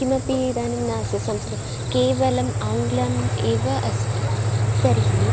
किमपि इदानीं नास्ति संस्कृतं केवलम् आङ्ग्लः एव अस्ति तर्हि